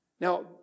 Now